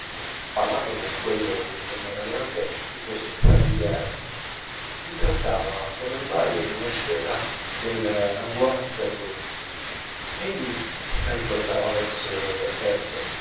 parlando con quello della variante mi fece strabiliare si trattava se non sbaglio d'una scena del roi s'amuse egli se la ricordava verso per verso